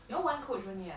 you all one coach only ah